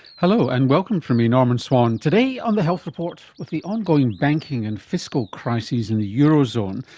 hello and welcome from me, norman swan. today on the health report, with the ongoing banking and fiscal crises in the euro zone,